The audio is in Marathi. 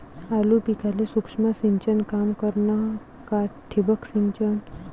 आलू पिकाले सूक्ष्म सिंचन काम करन का ठिबक सिंचन?